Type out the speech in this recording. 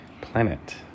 planet